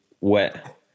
wet